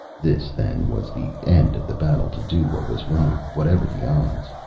this, then, was the end of the battle to do what was right, whatever the odds.